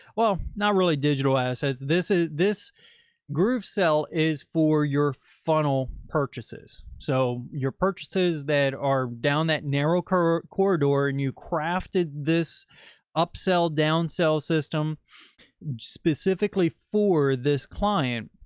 well, not really digital assets. this is this groovesell is for your funnel purchases. so your purchases that are down that narrow curve corridor, and you crafted this up, sell down, sell system specifically for this client.